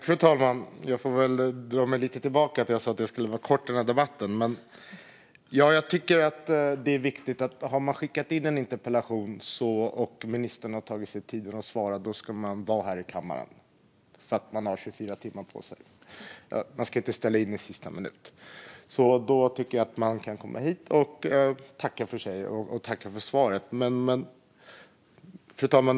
Fru talman! Jag får ta tillbaka lite; jag sa ju att jag skulle hålla mig kort i den här debatten. Jag tycker att det är viktigt att om man har skickat in en interpellation och ministern har tagit sig tiden att svara så ska man vara här i kammaren. Man har 24 timmar på sig och ska inte ställa in i sista minuten. Jag tycker att man kan komma hit och tacka för svaret. Fru talman!